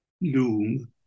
loom